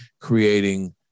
creating